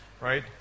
right